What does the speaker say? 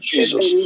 Jesus